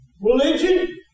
Religion